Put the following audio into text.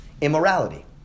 immorality